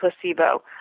placebo